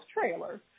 trailer